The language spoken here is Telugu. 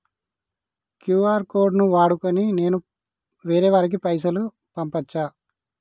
క్యూ.ఆర్ కోడ్ ను వాడుకొని నేను వేరే వారికి పైసలు పంపచ్చా?